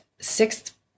sixth